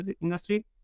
industry